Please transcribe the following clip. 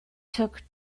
took